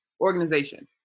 organization